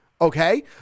okay